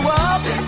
up